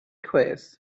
quiz